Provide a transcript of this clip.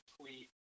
tweet